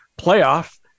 playoff